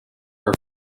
her